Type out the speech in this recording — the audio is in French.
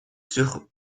sur